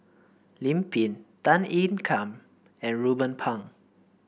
Lim Pin Tan Ean Kiam and Ruben Pang